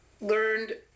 learned